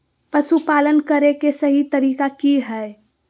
पशुपालन करें के सही तरीका की हय?